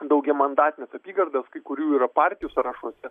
daugiamandatines apygardas kai kurių yra partijų sąrašuose